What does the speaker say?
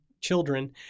children